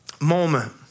moment